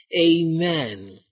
Amen